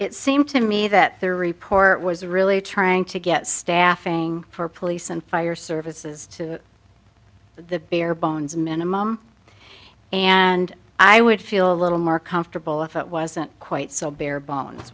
it seemed to me that the report was really trying to get staffing for police and fire services to the bare bones minimum and i would feel a little more comfortable if it wasn't quite so bare bones